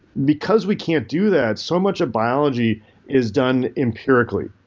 because we can't do that, so much of biology is done empirically.